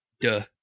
Duh